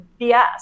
BS